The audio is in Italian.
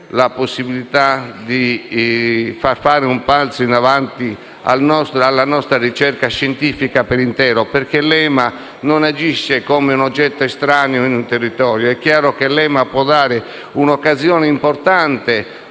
la possibilità di far fare un balzo in avanti alla nostra ricerca scientifica per intero, perché l'EMA non agisce come un oggetto estraneo in un territorio. L'Agenzia può essere un'occasione importante